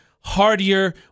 hardier